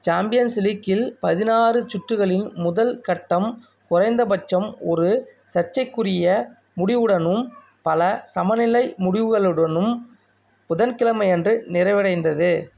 champions லீக்கில் பதினாறு சுற்றுகளின் முதல் கட்டம் குறைந்த பட்சம் ஒரு சர்ச்சைக்குரிய முடிவுடனும் பல சமநிலை முடிவுகளுடனும் புதன்கிழமை அன்று நிறைவடைந்தது